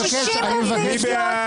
תודה רבה.